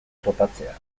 topatzea